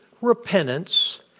repentance